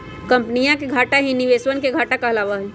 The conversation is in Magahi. कम्पनीया के घाटा ही निवेशवन के घाटा कहलावा हई